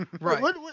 Right